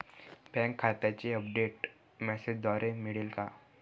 Bank खात्याचे update मेसेजद्वारे मिळेल का?